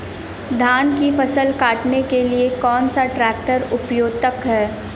धान की फसल काटने के लिए कौन सा ट्रैक्टर उपयुक्त है?